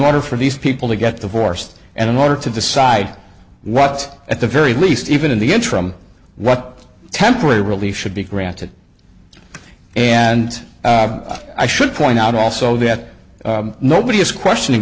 order for these people to get divorced and in order to decide what's at the very least even in the interim what temporary relief should be granted and i should point out also that nobody is questioning